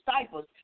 disciples